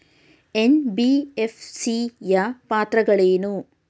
NBFC ಯ ಪಾತ್ರಗಳೇನು?